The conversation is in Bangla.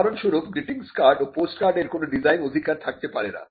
উদাহরণস্বরূপ গ্রিটিংস কার্ড ও পোস্টকার্ডের কোন ডিজাইন অধিকার থাকতে পারে না